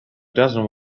doesn’t